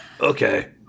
Okay